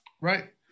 Right